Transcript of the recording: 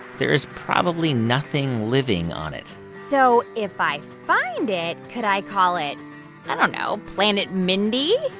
there's probably nothing living on it so if i find it, could i call it i don't know planet mindy?